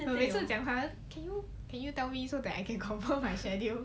我每次讲他 can you can you tell me so that I can confirm my schedule